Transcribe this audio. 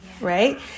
Right